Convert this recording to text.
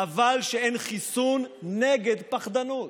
חבל שאין חיסון נגד פחדנות.